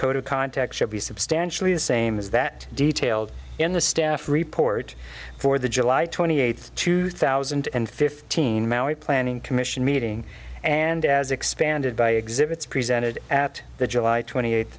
code of contacts should be substantially the same as that detailed in the staff report for the july twenty eighth two thousand and fifteen planning commission meeting and as expanded by exhibits presented at the july twenty